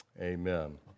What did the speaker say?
Amen